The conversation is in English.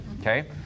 Okay